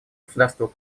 государству